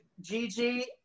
Gigi